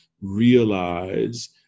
realize